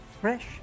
fresh